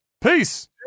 Peace